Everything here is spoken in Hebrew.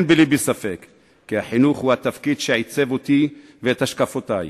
אין בלבי ספק כי החינוך הוא התפקיד שעיצב אותי ואת השקפותי,